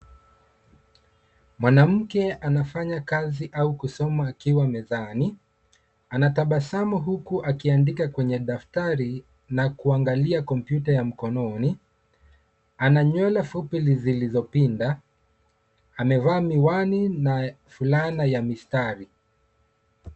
Mwanamke anafanya kazi au kusoma akiwa mezani. Anatabasamu huku akiandika kwenye daftari na kuangalia kompyuta ya mkononi. Ana nywele fupi zilizopinda, amevaa miwani na fulana ya mistari.